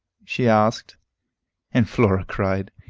she asked and flora cried,